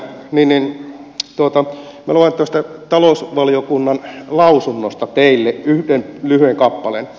minä luen tuosta talousvaliokunnan lausunnosta teille yhden lyhyen kappaleen